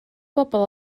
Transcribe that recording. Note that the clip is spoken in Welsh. bobl